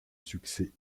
succès